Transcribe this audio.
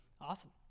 Awesome